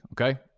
Okay